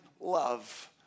love